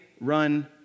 run